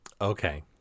okay